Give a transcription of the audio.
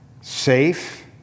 safe